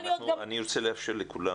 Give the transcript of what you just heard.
אני רוצה לאפשר לכולם לדבר.